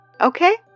okay